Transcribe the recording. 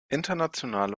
internationale